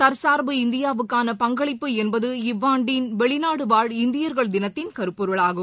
தற்சார்பு இந்தியாவுக்கான பங்களிப்பு என்பது இவ்வாண்டின் வெளிநாடுவாழ் இந்தியர் தினத்தின் கருப்பொருளாகும்